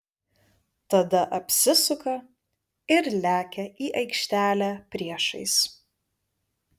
tada apsisuka ir lekia į aikštelę priešais